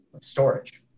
storage